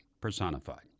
personified